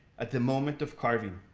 at the moment of carving.